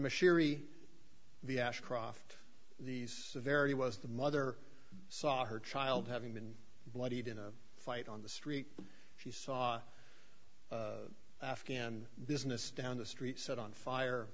machinery the ashcroft these very was the mother saw her child having been bloodied in a fight on the street she saw afghan business down the street set on fire